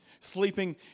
sleeping